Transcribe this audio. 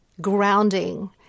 grounding